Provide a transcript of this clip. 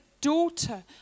daughter